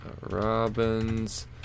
Robin's